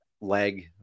leg